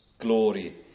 glory